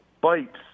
bites